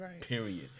Period